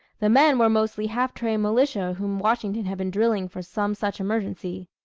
the men were mostly half-trained militia whom washington had been drilling for some such emergency.